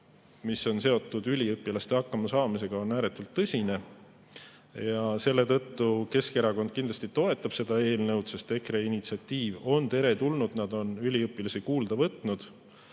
mis on seotud üliõpilaste hakkamasaamisega, on ääretult tõsine. Selle tõttu Keskerakond kindlasti toetab seda eelnõu. EKRE initsiatiiv on teretulnud, nad on üliõpilasi kuulda võtnud.